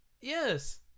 Yes